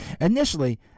Initially